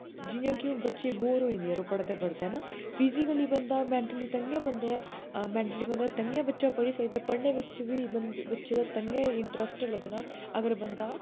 जियां कि हून बच्चे बोर होई जंदे पढ़दे पढ़दे है ना फिजीकली बंदा मैन्टली तांइयै मैन्टली तांहियैं बच्चा पढ़ी सकदा ऐ पढ़ने बिच बी बच्चे दा इन्ना इंटरेस्ट लग्गना अगर बंदा